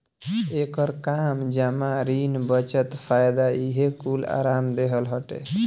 एकर काम जमा, ऋण, बचत, फायदा इहे कूल आराम देहल हटे